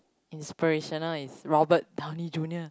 inspirational is Robert Downey Junior